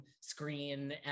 screen